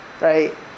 right